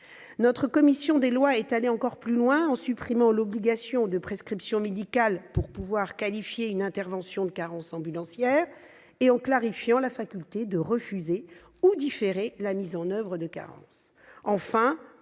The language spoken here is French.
La commission des lois est allée encore plus loin, en supprimant l'obligation de prescription médicale pour pouvoir qualifier une intervention de carence ambulancière et en clarifiant la faculté de refuser ou différer la mise en oeuvre d'une carence.